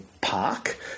park